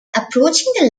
approaching